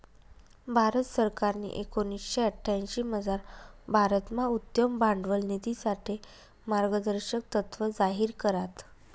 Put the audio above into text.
भारत सरकारनी एकोणीशे अठ्यांशीमझार भारतमा उद्यम भांडवल निधीसाठे मार्गदर्शक तत्त्व जाहीर करात